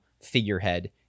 figurehead